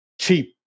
cheap